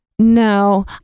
No